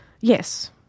Yes